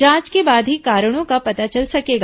जांच के बाद ही कारणों का पता चल सकेगा